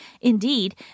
Indeed